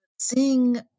Seeing